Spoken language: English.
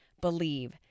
believe